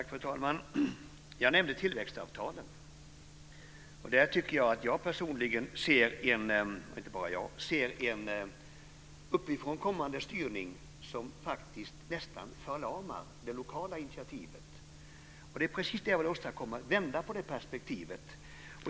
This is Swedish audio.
Fru talman! Jag nämnde tillväxtavtalen, och där ser jag - och inte bara jag - en uppifrån kommande styrning, som faktiskt nästan förlamar det lokala initiativet. Jag vill komma fram till en vändning av det perspektivet.